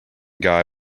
guy